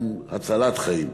גם הצלת חיים.